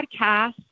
podcast